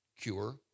cure